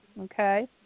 okay